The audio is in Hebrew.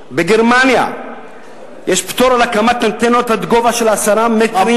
בגרמניה יש פטור על הקמת אנטנות עד גובה 10 מטרים,